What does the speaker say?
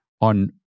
on